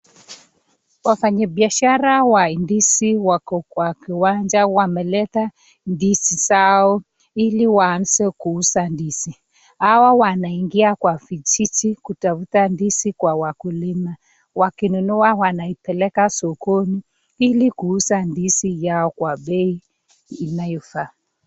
Wafanya biashara wa ndizi wako kwa kiwanja wameleta ndizi zao, iliwaanze kuuza ndizi. Wao wanaingia kwa vijiji kutafuta ndizi kwa wakulima, wakiinunua wanaipeleka sokoni ili kuuza ndizi zao kwa bei inayo faa